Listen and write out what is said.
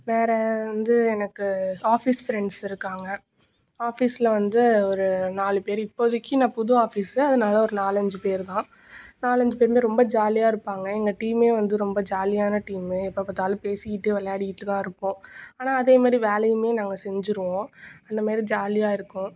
வேறு வந்து எனக்கு ஆஃபீஸ் ஃப்ரெண்ட்ஸ் இருக்காங்க ஆஃபீஸில் வந்து ஒரு நாலு பேர் இப்போதைக்கு நான் புது ஆஃபீஸு அதனால் ஒரு நாலஞ்சு பேர் தான் நாலஞ்சு பேருமே ரொம்ப ஜாலியாக இருப்பாங்க எங்கள் டீம்மே வந்து ரொம்ப ஜாலியான டீம்மு எப்போ பார்த்தாலும் பேசிக்கிட்டு விளையாடிக்கிட்டு தான் இருப்போம் ஆனால் அதேமாரி வேலையும் நாங்கள் செஞ்சுருவோம் அந்தமாரி ஜாலியாக இருக்கும்